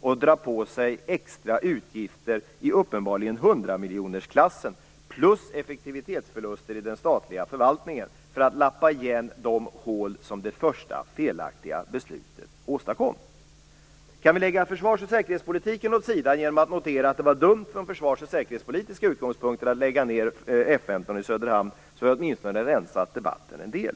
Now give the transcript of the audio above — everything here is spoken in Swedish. bra att dra på sig extra utgifter, uppenbarligen i hundramiljonersklassen, samt effektivitetsförluster i den statliga förvaltningen, för att lappa igen de hål som det första felaktiga beslutet åstadkom? Om vi kan lägga försvars och säkerhetspolitiken åt sidan genom att notera att det var dumt från försvars och säkerhetspolitiska utgångspunkter att lägga ned F 15 i Söderhamn, så har vi åtminstone rensat debatten en del.